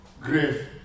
Grave